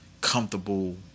comfortable